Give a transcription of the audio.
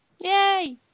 Yay